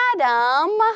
Adam